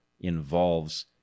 involves